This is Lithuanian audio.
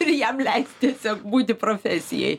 ir jam leisti tiesiog būti profesijoj